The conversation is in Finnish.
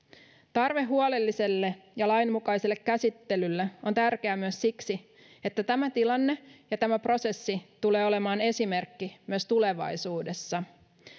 tarve huolelliselle ja lainmukaiselle käsittelylle on tärkeää myös siksi että tämä tilanne ja tämä prosessi tulee olemaan esimerkki myös tulevaisuudessa